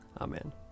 Amen